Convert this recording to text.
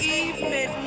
evening